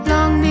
Long